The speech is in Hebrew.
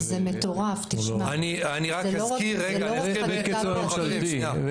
זה מטורף, זה לא רק חקיקה פרטית.